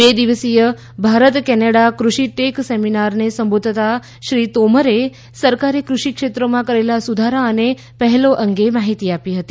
બે દિવસીય ભારત કેનેડા કૃષિ ટેક સેમિનારને સંબોધતા શ્રી તોમરે સરકારે ક્રષિ ક્ષેત્રોમાં કરેલા સુધારા અને પહેલો અંગે માહિતી આપી હતી